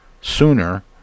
sooner